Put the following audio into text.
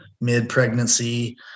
mid-pregnancy